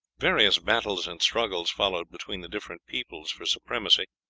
various battles and struggles followed between the different peoples for supremacy.